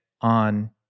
on